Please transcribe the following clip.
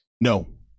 No